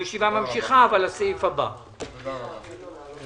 הישיבה ננעלה בשעה 12:08.